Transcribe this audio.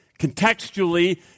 Contextually